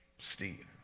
Steve